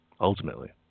ultimately